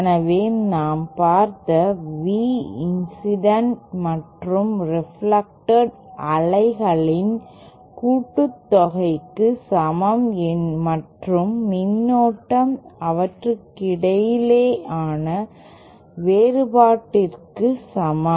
எனவே நாம் பார்த்த V இன்சிடென்ட் மற்றும் ரெஃப்ளெக்ட்டேட் அலைகளின் கூட்டுத்தொகைக்கு சமம் மற்றும் மின்னோட்டம் அவற்றுக்கிடையேயான வேறுபாட்டிற்கு சமம்